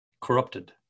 corrupted